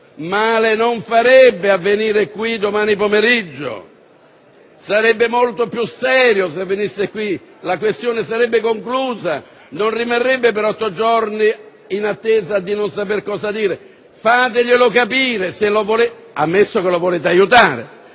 forse non farebbe male a venire qui domani pomeriggio. Sarebbe molto più serio se venisse qui. La questione sarebbe conclusa, e lui non rimarrebbe per otto giorni in attesa, senza sapere cosa dire. Fateglielo capire, ammesso che vogliate aiutarlo.